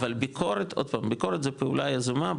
אבל ביקורת זו פעולה יזומה,